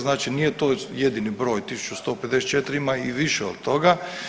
Znači nije to jedini broj 1.154, ima ih više od toga.